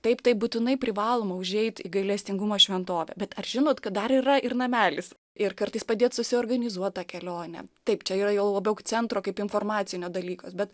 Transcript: taip taip būtinai privaloma užeit į gailestingumo šventovę bet ar žinot kad dar yra ir namelis ir kartais padėt susiorganizuot tą kelionę taip čia yra jau labiau centro kaip informacinio dalykas bet